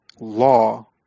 law